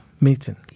meeting